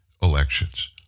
elections